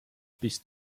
bis